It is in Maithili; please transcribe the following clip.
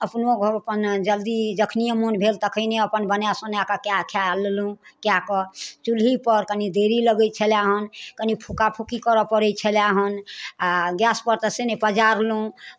अपनो घर अपन जल्दी जखनिए मोन भेल तखनिए अपन बनाए सोनाए कऽ कए खाए लेलहुँ कए कऽ चुल्हीपर कनि देरी लगै छलै हन कनि फुका फुकी करय पड़ै छलैहन आ गैसपर तऽ से नहि पजारलहुँ